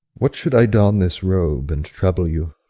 what should i don this robe and trouble you?